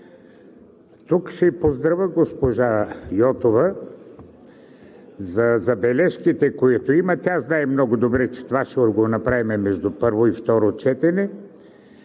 Тук ще поздравя госпожа Йотова за забележките, които има. Тя много добре знае, че това ще го направим между първо и второ четене.